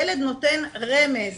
ילד נותן רמז.